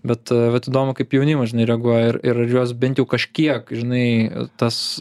bet vat įdomu kaip jaunimas reaguoja ir ir ar juos bent jau kažkiek žinai tas